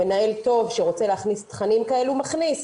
מנהל טוב שרוצה להכניס תכנים כאלו, מכניס.